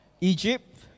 Egypt